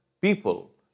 people